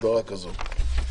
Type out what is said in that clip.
הגדרה כזאת.